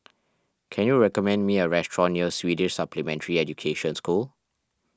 can you recommend me a restaurant near Swedish Supplementary Education School